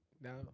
Now